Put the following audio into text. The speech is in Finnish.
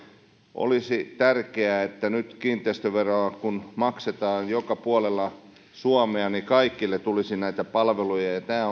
olisi tärkeää että nyt kun kiinteistöveroa maksetaan joka puolella suomea niin kaikille tulisi näitä palveluja ja tämä